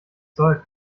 zeug